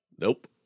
Nope